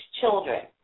children